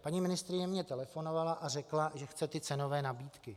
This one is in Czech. Paní ministryně mi telefonovala a řekla, že chce ty cenové nabídky.